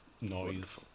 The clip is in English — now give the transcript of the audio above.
noise